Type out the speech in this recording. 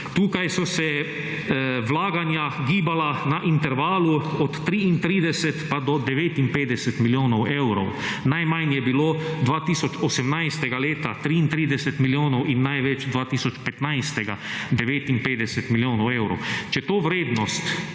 Tukaj so se vlaganja gibala na intervalu od 33 pa do 59 milijonov evrov, najmanj je bilo 2018. leta, 33 milijonov in največ 2015., 59 milijonov evrov. Če to vrednost